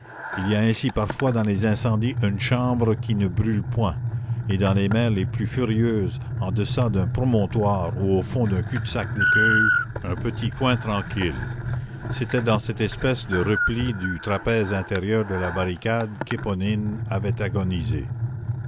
il y a ainsi parfois dans les incendies une chambre qui ne brûle point et dans les mers les plus furieuses en deçà d'un promontoire ou au fond d'un cul-de-sac d'écueils un petit coin tranquille c'était dans cette espèce de repli du trapèze intérieur de la barricade qu'éponine avait agonisé